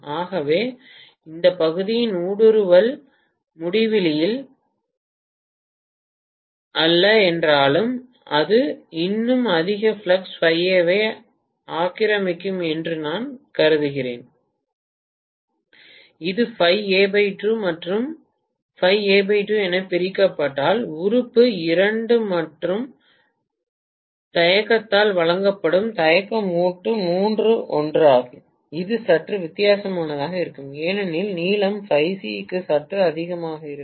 ஆகவே இந்த பகுதியின் ஊடுருவல் முடிவிலி அல்ல என்றாலும் இது இன்னும் அதிக ஃப்ளக்ஸ் ஐ ஆக்கிரமிக்கும் என்று நான் கருதுகிறேன் இது மற்றும் எனப் பிரிக்கப்பட்டால் உறுப்பு 2 மற்றும் தயக்கத்தால் வழங்கப்படும் தயக்கம் மூட்டு 3 ஒன்றுதான் இது சற்று வித்தியாசமாக இருக்கலாம் ஏனெனில் நீளம் க்கு சற்று அதிகமாக இருக்கும்